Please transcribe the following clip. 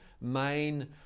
main